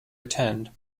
attend